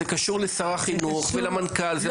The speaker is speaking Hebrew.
זה קשור לשר החינוך ולמנכ"ל --- אני